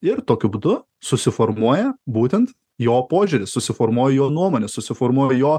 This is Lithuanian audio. ir tokiu būdu susiformuoja būtent jo požiūris susiformuoja jo nuomonė susiformuoja jo